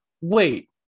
Wait